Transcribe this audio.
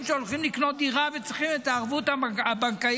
שהולכים לקנות דירה וצריכים את הערבות הבנקאית,